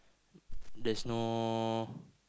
there's no